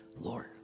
Lord